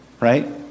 right